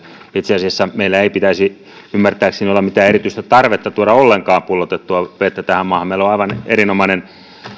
itse asiassa meillä ei pitäisi olla ymmärtääkseni mitään erityistä tarvetta tuoda ollenkaan pullotettua vettä tähän maahan meillä on aivan erinomainen